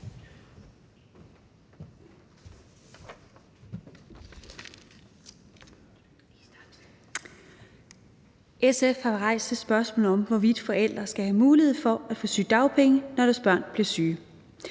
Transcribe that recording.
SF har jo rejst et spørgsmål om, hvorvidt forældre skal have mulighed for at få sygedagpenge, når deres børn bliver syge.